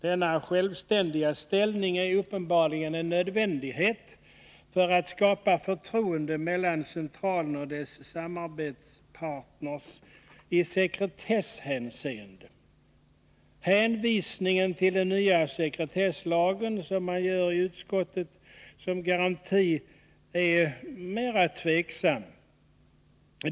Denna självständiga ställning är uppenbarligen en nödvändighet för att kunna skapa förtroende mellan centralen och dess samarbetspartner i sekretesshänseende. Den hänvisning som utskottet gör till den nya sekretesslagen som garanti är mera tvivelaktig.